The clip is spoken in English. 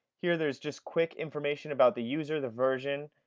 here there is just quick information about the user, the version,